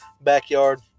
backyard